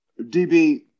DB